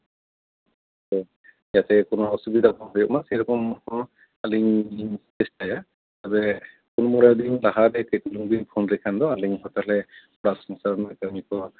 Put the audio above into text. ᱡᱟᱛᱮ ᱠᱳᱱᱳ ᱚᱥᱩᱵᱤᱫᱟ ᱟᱞᱚ ᱦᱩᱭᱩᱜ ᱢᱟ ᱥᱮᱨᱚᱠᱚᱢ ᱦᱚᱸ ᱟᱹᱞᱤᱧ ᱞᱤᱧ ᱪᱮᱥᱴᱟᱭᱟ ᱛᱚᱵᱮ ᱯᱩᱱ ᱢᱚᱬᱮ ᱫᱤᱱ ᱞᱟᱦᱟᱨᱮ ᱯᱷᱳᱱ ᱞᱮᱠᱷᱟᱱ ᱟᱹᱞᱤᱧ ᱦᱚᱸ ᱛᱟᱞᱦᱮ ᱚᱲᱟᱜ ᱥᱚᱝᱥᱟᱨ ᱨᱮᱱᱟᱜ ᱠᱹᱟᱢᱤ ᱠᱚ